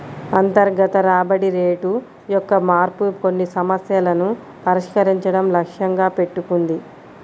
అంతర్గత రాబడి రేటు యొక్క మార్పు కొన్ని సమస్యలను పరిష్కరించడం లక్ష్యంగా పెట్టుకుంది